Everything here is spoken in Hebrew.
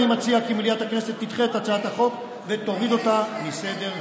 אני מציע כי מליאת הכנסת תדחה את הצעת החוק ותוריד אותה מסדר-היום.